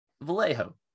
Vallejo